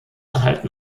halten